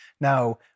Now